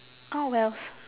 oh wells